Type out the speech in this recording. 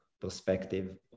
perspective